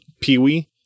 Pee-wee